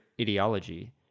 ideology